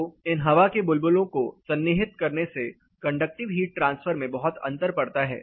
तो इन हवा के बुलबुलो को सन्निहित करने से कंडक्टिव हीट ट्रांसफर में बहुत अंतर पड़ता है